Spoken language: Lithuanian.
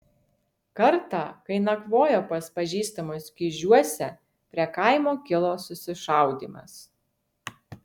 kartą kai nakvojo pas pažįstamus kižiuose prie kaimo kilo susišaudymas